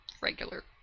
regular